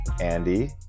Andy